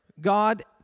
God